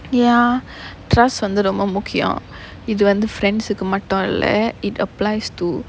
ya trust வந்து ரொம்ப முக்கியம் இது வந்து:vanthu romba mukkiyam ithu vanthu friends சுக்கு மட்டும் அல்ல:sukku mattum alla it applies to